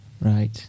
Right